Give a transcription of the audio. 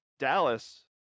Dallas